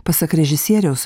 pasak režisieriaus